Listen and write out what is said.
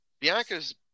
Bianca's